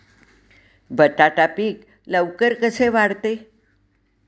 बटाटा पीक लवकर कसे वाढते?